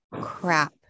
crap